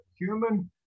human